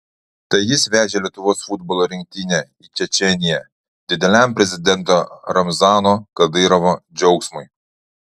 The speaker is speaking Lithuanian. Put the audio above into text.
tai jis vežė lietuvos futbolo rinktinę į čečėniją dideliam prezidento ramzano kadyrovo džiaugsmui